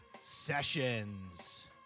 Sessions